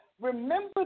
Remember